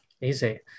Easy